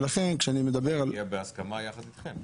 ולכן כשאני מדבר על --- שהגיע בהסכמה יחד אתכם,